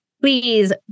please